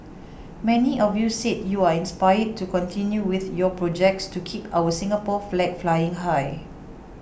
many of you said you are inspired to continue with your projects to keep our Singapore flag flying high